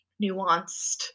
nuanced